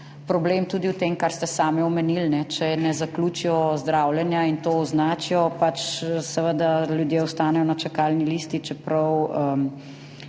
problem tudi v tem, kar ste sami omenili – če ne zaključijo zdravljenja in tega ne označijo, seveda ljudje ostanejo na čakalni listi, čeprav